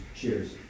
Cheers